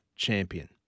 Champion